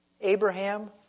Abraham